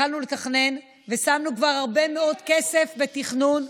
שהתחלנו לתכנן ושמנו כבר הרבה מאוד כסף בתכנון,